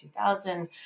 2000